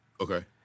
okay